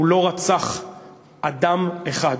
הוא לא רצח אדם אחד.